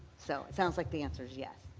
so it seems like the answer's yes?